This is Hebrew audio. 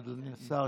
אדוני השר.